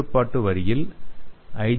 கட்டுப்பாட்டு வரியில் ஐ